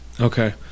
okay